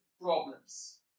problems